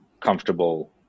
comfortable